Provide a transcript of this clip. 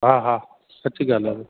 हा हा सुठी ॻाल्हि आहे